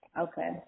Okay